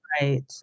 Right